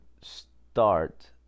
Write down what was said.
start